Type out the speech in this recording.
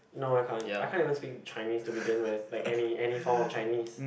no I can't I can't even speak Chinese to begin with like any any form of Chinese